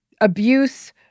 abuse